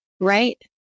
Right